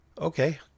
Okay